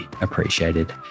appreciated